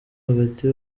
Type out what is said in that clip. hagati